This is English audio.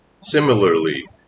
Similarly